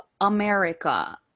America